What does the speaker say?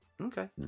Okay